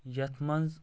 یتھ منٛز